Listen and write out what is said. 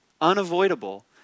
unavoidable